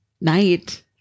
night